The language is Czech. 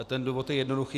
Ten důvod je jednoduchý.